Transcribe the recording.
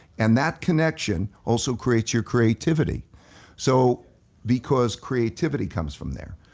and that connection also creates your creativity so because creativity comes from there.